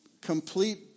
complete